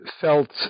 felt